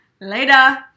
Later